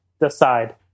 Decide